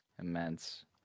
Immense